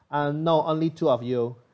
uh no only two of you